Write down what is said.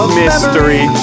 mystery